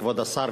כבוד השר,